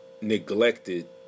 neglected